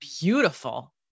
beautiful